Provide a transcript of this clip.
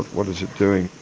what is it doing.